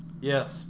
Yes